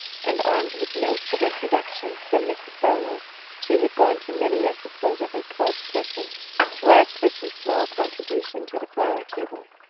and armed with notes of introduction from mrs. barlow she had gone to many a supposedly close person to ask for some small contribution to the flower table.